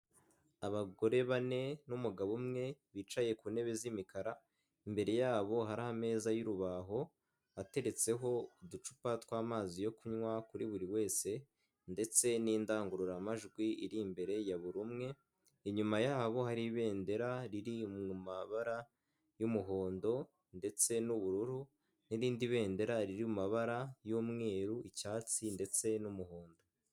Abagore bane n'umugabo umwe bicaye ku ntebe z'imikara, imbere yabo hari ameza y'urubaho ateretseho uducupa tw'amazi yo kunywa kuri buri wese ndetse n'indangururamajwi iri imbere ya buri umwe, inyuma yabo hari ibendera riri mu mabara y'umuhondo ndetse n'ubururu n'irindi bendera riri mu mabara y'umweru, icyatsi ndetse n'umuhondo.